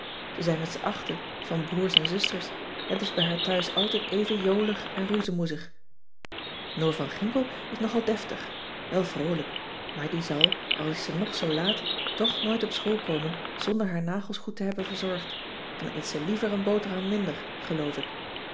ze zijn met z'n achten van broers en zusters en t is bij haar thuis altijd even jolig en roezemoezig noor van ginkel is nogal deftig wel vroolijk maar die zal al is ze nog zoo laat toch nooit op school komen zonder haar nagels goed te hebben verzorgd dan eet ze liever een boterham minder geloof ik